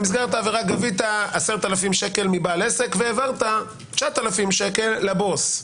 במסגרתה גבית 10,000 שקל מבעל עסק והעברת 9,000 שקל לבוס.